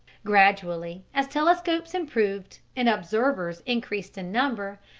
gradually, as telescopes improved and observers increased in number,